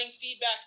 feedback